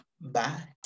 Bye